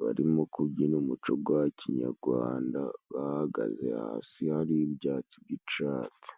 barimo kubyina umuco gwa kinyagwanda, bahagaze hasi hari ibyatsi by'icatsi.